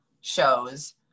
shows